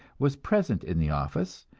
was present in the office,